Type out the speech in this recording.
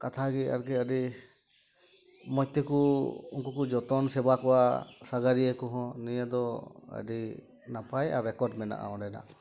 ᱠᱟᱛᱷᱟᱜᱮ ᱟᱨᱠᱤ ᱟᱹᱰᱤ ᱢᱚᱡ ᱛᱮᱚᱩ ᱩᱱᱠᱩ ᱠᱚ ᱡᱚᱛᱚᱱ ᱥᱮᱵᱟ ᱠᱚᱣᱟ ᱥᱟᱸᱜᱷᱟᱨᱤᱭᱟᱹ ᱠᱚᱦᱚᱸ ᱱᱤᱭᱟᱹᱫᱚ ᱟᱹᱰᱤ ᱱᱟᱯᱟᱭ ᱟᱨ ᱨᱮᱠᱚᱰ ᱢᱮᱱᱟᱜᱼᱟ ᱚᱸᱰᱮᱱᱟᱜ